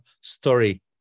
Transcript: story